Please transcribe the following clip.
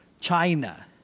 China